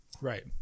Right